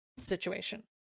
situation